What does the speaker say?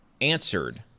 answered